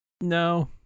No